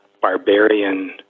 barbarian